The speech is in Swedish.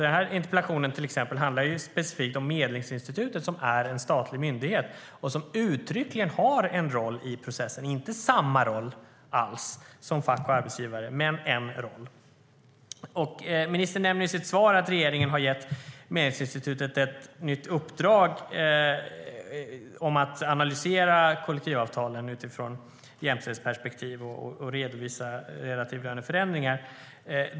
Denna interpellation, exempelvis, handlar specifikt om Medlingsinstitutet, som är en statlig myndighet och som uttryckligen har en roll i processen. Det har inte alls samma roll som fack och arbetsgivare, men det har en roll. Ministern nämner i sitt svar att regeringen har gett Medlingsinstitutet ett nytt uppdrag: att analysera kollektivavtalen utifrån ett jämställdhetsperspektiv och att redovisa relativlöneförändringar.